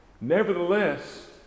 Nevertheless